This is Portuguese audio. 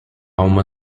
uma